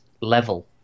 level